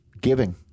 giving